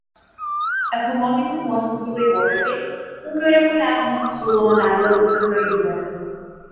ekonominių nuosmukių laikotarpiais ūkio reguliavimą siūloma dar labiau centralizuoti